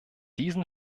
diesen